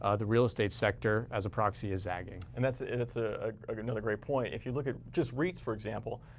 ah the real estate sector as a proxy is zagging. and argersinger that's ah like another great point. if you look at just reits, for example,